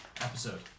episode